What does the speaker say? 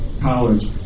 College